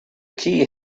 key